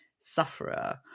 sufferer